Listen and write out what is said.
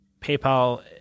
PayPal